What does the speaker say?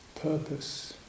Purpose